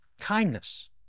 kindness